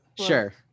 Sure